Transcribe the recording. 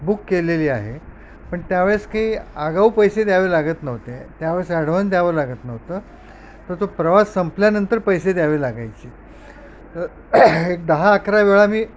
book केलेली आहे पण त्यावेळेस की आगाव पैसे द्यावे लागत नव्हते त्यावेळेस अॅडव्हान्स द्यावं लागत नव्हतं तर तो प्रवास संपल्यानंतर पैसे द्यावे लागायचे एक दहा अकरा वेळा मी